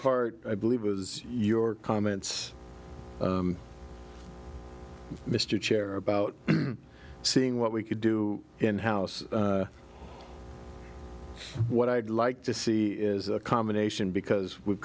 heart i believe was your comments mr chair about seeing what we could do in house what i'd like to see is a combination because we've